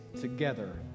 together